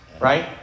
right